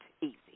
easy